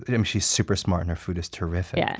and she's super smart and her food is terrific, yeah